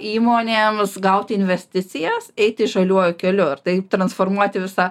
įmonėms gauti investicijas eiti žaliuoju keliu ir taip transformuoti visą